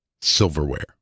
Silverware